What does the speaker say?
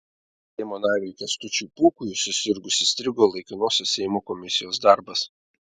seimo nariui kęstučiui pūkui susirgus įstrigo laikinosios seimo komisijos darbas